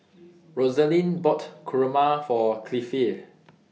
Roselyn bought Kurma For Cliffie